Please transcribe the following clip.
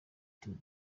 tour